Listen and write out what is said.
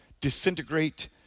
disintegrate